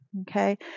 Okay